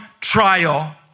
trial